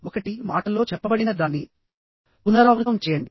ఒకటి మాటల్లో చెప్పబడిన దాన్ని పునరావృతం చేయండి